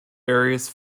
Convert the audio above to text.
various